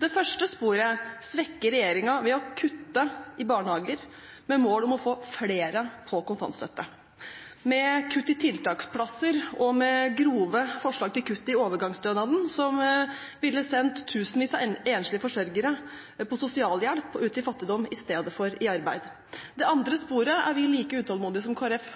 Det første sporet svekker regjeringen ved å kutte i barnehager, med mål om å få flere på kontantstøtte, ved kutt i tiltaksplasser og ved grove forslag til kutt i overgangsstønaden, som ville sendt tusenvis av enslige forsørgere på sosialhjelp og ut i fattigdom i stedet for i arbeid. Det andre sporet er vi like utålmodige som